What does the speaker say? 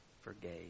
forgave